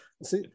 See